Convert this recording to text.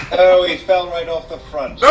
oh, he fell right off the front.